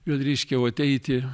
bet reiškia uot eiti